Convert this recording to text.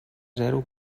zero